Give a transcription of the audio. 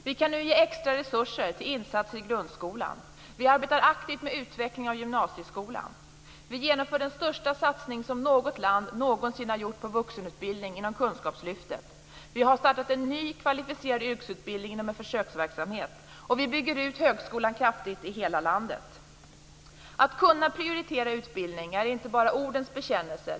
Vi kan nu ge extra resurser till insatser i grundskolan. Vi arbetar aktivt med utveckling av gymnasieskolan. Vi genomför den största satsning som något land någonsin har gjort på vuxenutbildning inom kunskapslyftet. Vi har startat en ny kvalificerad yrkesutbildning genom en försöksverksamhet. Vi bygger ut högskolan kraftigt i hela landet. Att kunna prioritera utbildning är inte bara läpparnas bekännelse.